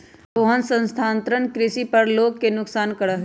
रोहन स्थानांतरण कृषि पर लोग के नुकसान करा हई